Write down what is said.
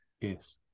Yes